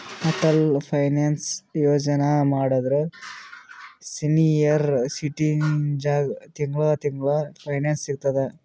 Atal pension Yojana ಮಾಡುದ್ರ senior ಸಿಟಿಜನ್ಗ ತಿಂಗಳಾ ತಿಂಗಳಾ ಪೆನ್ಶನ್ ಸಿಗ್ತುದ್